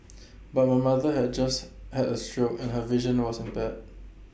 but my mother had just had A stroke and her vision was impaired